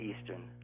Eastern